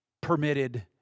permitted